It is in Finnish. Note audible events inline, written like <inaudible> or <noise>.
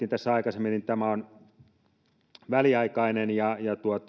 <unintelligible> tässä aikaisemmin väliaikainen ja